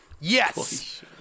Yes